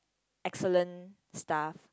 excellent stuff